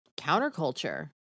counterculture